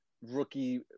rookie